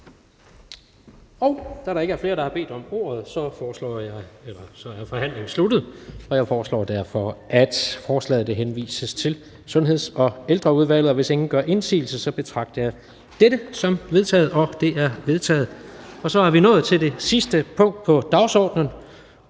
Da der ikke er flere, der har bedt om ordet, så er forhandlingen sluttet. Jeg foreslår derfor, at forslaget henvises til Sundheds- og Ældreudvalget. Hvis ingen gør indsigelse, betragter jeg dette som vedtaget. Det er vedtaget. --- Det sidste punkt på dagsordenen